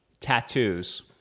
tattoos